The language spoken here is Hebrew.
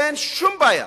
אין שום בעיה